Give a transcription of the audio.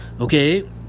okay